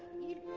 need